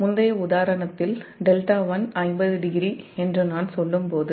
முந்தைய உதாரணத்தில் δ1 500 என்று நான் சொல்லும்போது